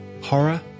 Horror